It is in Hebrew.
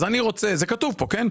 זה כתוב כאן.